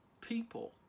people